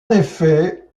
effet